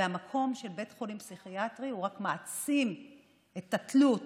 והמקום של בית חולים פסיכיאטרי רק מעצים את התלות